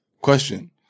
question